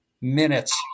Minutes